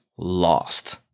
Lost